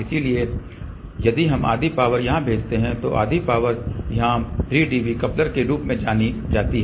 इसलिए यदि हम आधी पावर यहां भेजते हैं तो आधी पावर यहां 3 dB कपलर के रूप में जानी जाती है